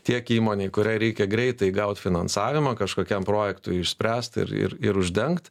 tiek įmonei kuriai reikia greitai gaut finansavimą kažkokiam projektui išspręst ir ir ir uždengt